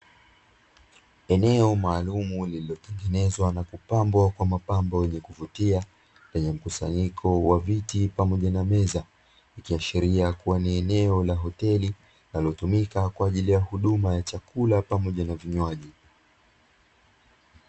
Eneo maalumu lililotengenezwa na kupambwa kwa mapambo yenye kuvutia, lenye mkusanyiko wa vitu pamoja na meza. Ikiashiria kuwa ni eneo la hoteli linalotumika kwa ajili ya huduma ya chakula pamoja na vinywaji.